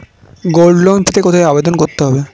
Gold bond পেতে কোথায় আবেদন করতে হবে?